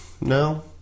No